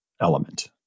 element